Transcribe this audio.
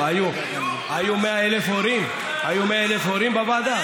היו 100,000 הורים בוועדה?